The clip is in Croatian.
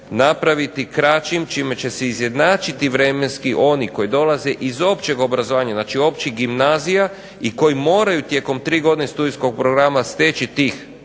napraviti kraćim, čime će se izjednačiti vremenski oni koji dolaze iz općeg obrazovanja, znači općih gimnazija, i koji moraju tijekom tri godine studijskog programa steći tih